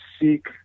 seek